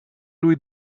lui